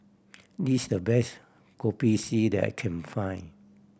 this the best Kopi C that I can find